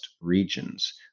regions